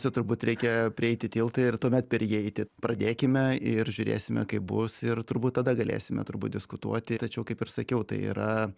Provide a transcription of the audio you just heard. čia turbūt reikia prieiti tiltą ir tuomet per jį eiti pradėkime ir žiūrėsime kaip bus ir turbūt tada galėsime turbūt diskutuoti tačiau kaip ir sakiau tai yra